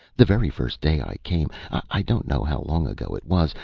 the very first day i came, i don't know how long ago it was,